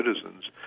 citizens